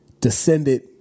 descended